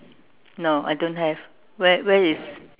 no I don't have where where is